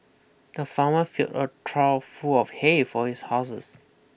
the farmer filled a trough full of hay for his houses